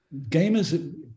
gamers